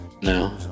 No